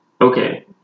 Okay